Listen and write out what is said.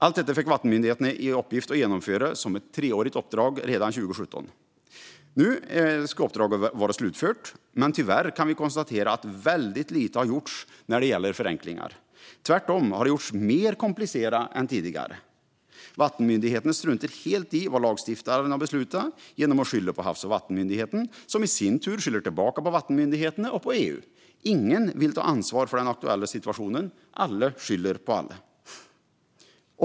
Allt detta fick vattenmyndigheterna i uppgift att genomföra som ett treårigt uppdrag redan 2017. Nu skulle uppdraget ha varit slutfört, men tyvärr kan vi konstatera att väldigt lite har gjorts när det gäller förenklingar. Tvärtom har det gjorts mer komplicerat än tidigare. Vattenmyndigheterna struntar helt i vad lagstiftaren beslutat genom att skylla på Havs och vattenmyndigheten, som i sin tur skyller på vattenmyndigheterna och på EU. Ingen vill ta ansvar för den aktuella situationen, utan alla skyller på alla.